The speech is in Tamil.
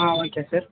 ah okay sir